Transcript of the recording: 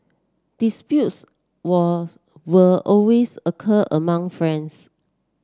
disputes was were always occur among friends